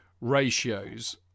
ratios